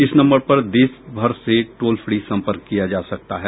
इस नम्बर पर देशभर से टोलफ्री सम्पर्क किया जा सकता है